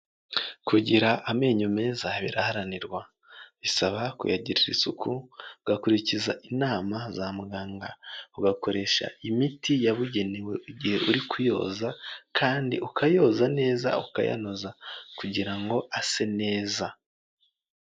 Kugira amenyo meza biraharanirwa, bisaba kuyagirira isuku, ugakurikiza inama za muganga, ugakoresha imiti yabugenewe igihe uri kuyoza kandi ukayoza neza ukayanoza kugira ngo ase neza.